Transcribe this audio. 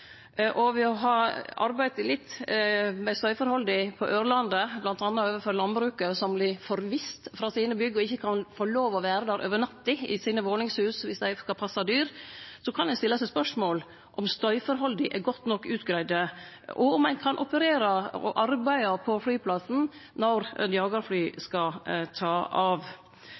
å ha arbeidd litt med støyforholda på Ørlandet, bl.a. overfor landbruket – som vert forviste frå bygga sine og ikkje kan få lov til å vere i våningshusa sine over natta viss dei skal passe dyr – kan ein stille seg spørsmålet om støyforholda er godt nok greidde ut, og om ein kan operere og arbeide på flyplassen når eit jagarfly skal ta av.